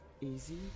easy